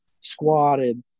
squatted